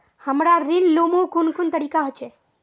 हमरा ऋण लुमू कुन कुन तरीका होचे?